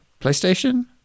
PlayStation